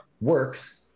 works